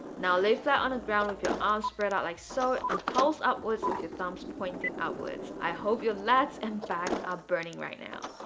now lay flat on the ground with your arms spread out like so and pulse upwards with your thumbs pointing upwards i hope your lats and back are burning right now